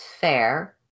fair